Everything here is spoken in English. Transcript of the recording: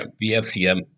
BFCM